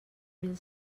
mil